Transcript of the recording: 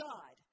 God